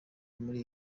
muri